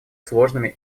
сложными